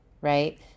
right